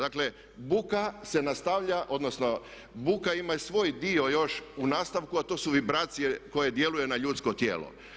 Dakle, buka se nastavlja odnosno buka ima i svoj dio još u nastavku a to su vibracije koje djeluju na ljudsko tijelo.